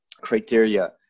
criteria